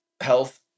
health